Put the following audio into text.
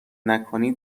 نکنی